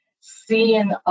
seeing